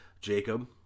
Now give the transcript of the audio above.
Jacob